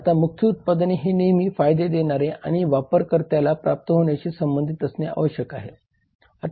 आता मुख्य उत्पादन हे नेहमी फायदे देणारे आणि वापरकर्त्याला प्राप्त होण्याशी संबंधित असणे आवश्यक आहे